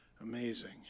Amazing